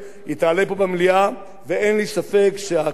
ואין לי ספק שהקואליציה כאופוזיציה,